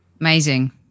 Amazing